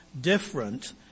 Different